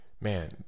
Man